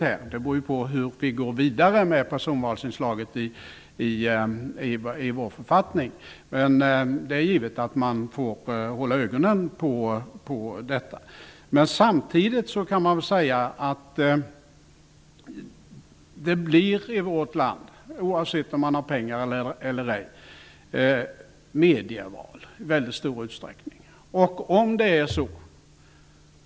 Hur det blir beror på hur vi går vidare med personvalsinslaget i vår författning. Men det är givet att vi får hålla ögonen på detta. Samtidigt kan vi säga att det i väldigt stor utsträckning blir medieval i vårt land, oavsett om man har pengar eller ej.